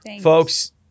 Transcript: folks